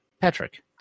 Patrick